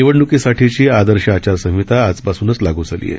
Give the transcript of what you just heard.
निवडणूकीसाठीची आदर्श आचारसंहिता आजपासूनच लागू झाली आहे